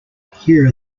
here